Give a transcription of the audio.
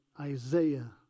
Isaiah